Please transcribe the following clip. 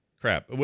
Crap